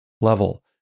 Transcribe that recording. level